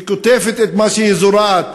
היא קוטפת את מה שהיא זורעת,